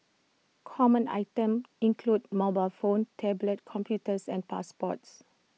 common items include mobile phones tablet computers and passports